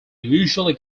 usually